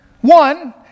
one